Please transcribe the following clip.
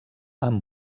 amb